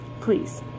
please